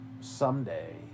someday